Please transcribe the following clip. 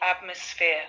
atmosphere